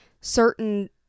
certain